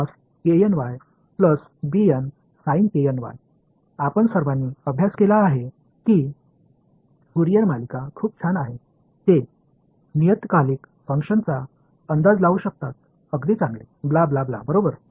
आपण सर्वांनी अभ्यास केला आहे की फ्यूरियर मालिका खूप छान आहेत ते नियतकालिक फंक्शनचा अंदाज लावू शकतात अगदी चांगले ब्लाह ब्लाह बरोबर